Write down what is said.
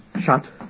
shut